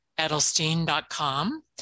edelstein.com